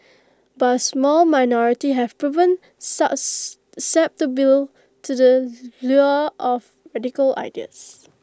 but A small minority have proven susceptible to the lure of radical ideas